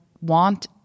want